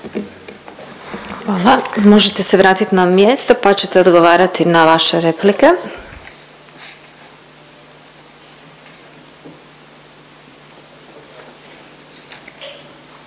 Hvala. Možete se vratit na mjesto pa ćete odgovarati na vaše replike.